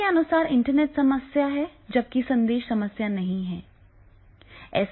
उनके अनुसार इंटरनेट समस्या है जबकि संदेश समस्या नहीं है